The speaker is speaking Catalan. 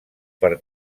per